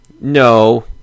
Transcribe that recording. no